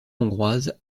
hongroise